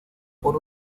por